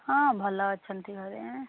ହଁ ଭଲ ଅଛନ୍ତି ଘରେ